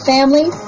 Family